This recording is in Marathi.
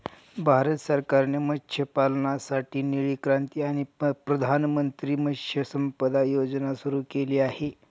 भारत सरकारने मत्स्यपालनासाठी निळी क्रांती आणि प्रधानमंत्री मत्स्य संपदा योजना सुरू केली आहे